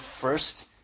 first